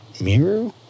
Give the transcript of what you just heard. Miru